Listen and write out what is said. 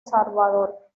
salvador